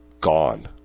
gone